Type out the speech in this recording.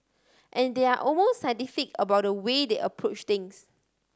and they are almost scientific about the way they approach things